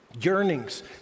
Yearnings